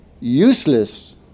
useless